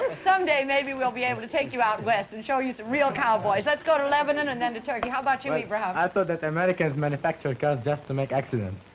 someday maybe we'll be able to take you out west and show you some real cowboys. let's go to lebanon and then to turkey. how about you ibraham? i thought that americans manufactured cars just to make accidents